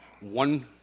one